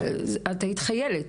את היית חיילת.